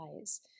eyes